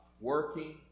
working